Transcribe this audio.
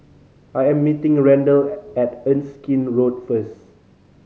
I am meeting Randell at Erskine Road first